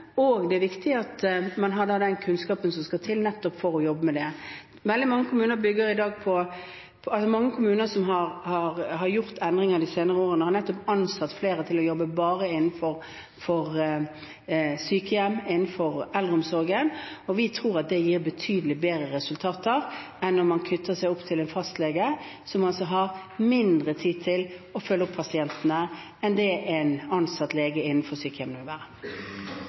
og det er viktig at man da har den kunnskapen som skal til for å jobbe med nettopp dette. Mange kommuner som har gjort endringer de senere årene, har ansatt flere til å jobbe bare innenfor sykehjem, innenfor eldreomsorgen. Vi tror det gir betydelig bedre resultater enn om man knytter seg til en fastlege, som har mindre tid til å følge opp pasientene enn det en ansatt lege innenfor et sykehjem